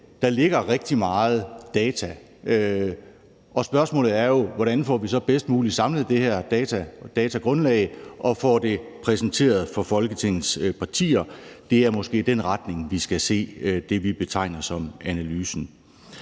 der ligger rigtig meget data, og spørgsmålet er jo, hvordan vi så bedst muligt får samlet de her data og det datagrundlag og får det præsenteret for Folketingets partier. Det er måske i den retning, vi skal se det, vi betegner som analysen.